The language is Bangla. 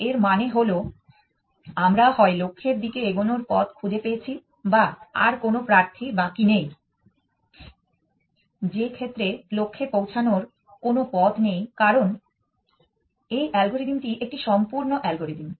এর মানে হল আমরা হয় লক্ষ্যের দিকে এগোনোর পথ খুঁজে পেয়েছি বা আর কোন প্রার্থী বাকি নেই যে ক্ষেত্রে লক্ষ্যে পৌঁছানোর কোন পথ নেই কারণ এই অ্যালগরিদম টি একটি সম্পূর্ণ অ্যালগরিদম